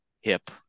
hip